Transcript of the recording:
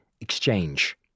exchange